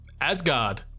Asgard